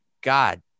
God